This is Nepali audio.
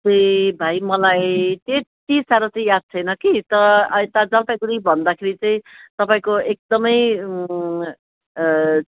चाहिँ भाइ मलाई त्यति साह्रो चाहिँ याद छैन कि तर अहिले त जलपाइगुडी भन्दाखेरि चाहिँ तपाईँको एकदमै